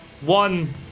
one